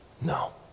No